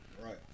right